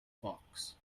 fox